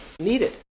needed